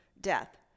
death